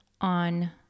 on